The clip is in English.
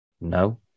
No